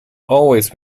always